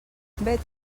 vet